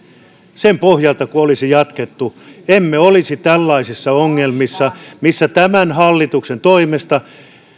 sen pohjalta kun olisi jatkettu emme olisi tällaisissa ongelmissa että tämän hallituksen toimesta